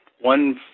one